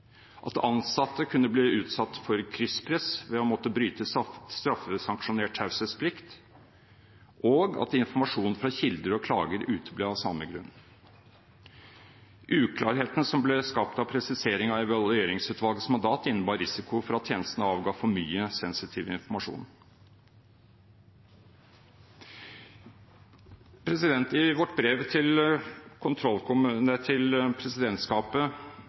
at ansatte kunne bli utsatt for krysspress ved å måtte bryte straffsanksjonert taushetsplikt, og at informasjon fra kilder og klager uteble av samme grunn. Uklarhetene som ble skapt av presiseringen av Evalueringsutvalgets mandat, innebar risiko for at tjenestene avga for mye sensitiv informasjon. I vårt brev til presidentskapet